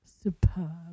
superb